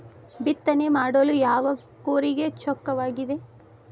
ಬಿತ್ತನೆ ಮಾಡಲು ಯಾವ ಕೂರಿಗೆ ಚೊಕ್ಕವಾಗಿದೆ?